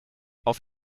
auf